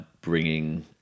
bringing